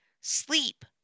Sleep